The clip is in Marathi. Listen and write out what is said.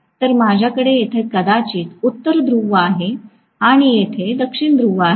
तर माझ्याकडे येथे कदाचित उत्तर ध्रुव आहे आणि येथे दक्षिण ध्रुव आहे